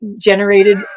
generated